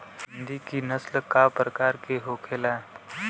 हिंदी की नस्ल का प्रकार के होखे ला?